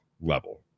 level